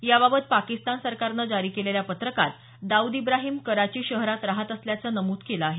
याबाबत पाकिस्तान सरकारनं जारी केलेल्या पत्रकात दाऊद इब्राहिम कराची शहरात राहत असल्याचं नमूद केलं आहे